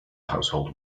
household